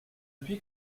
puis